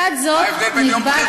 מה ההבדל בין יום בחירות?